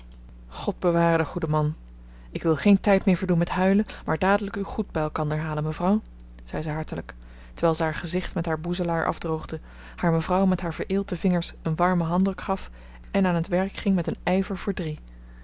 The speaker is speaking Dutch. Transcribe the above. god beware den goeden man ik wil geen tijd meer verdoen met huilen maar dadelijk uw goed bij elkander halen mevrouw zei zij hartelijk terwijl ze haar gezicht met haar boezelaar afdroogde haar mevrouw met haar vereelte vingers een warmen handdruk gaf en aan het werk ging met een